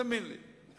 תאמין לי.